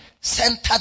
center